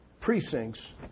precincts